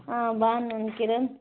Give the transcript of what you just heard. బాగున్నాను కిరణ్